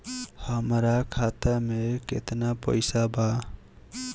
हमार खाता मे केतना पैसा बा?